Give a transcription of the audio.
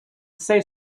say